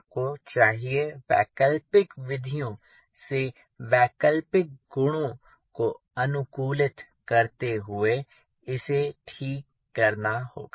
आपको चाहिए वैकल्पिक विधियों से वैकल्पिक गुणों को अनुकूलित करते हुए इसे ठीक करना होगा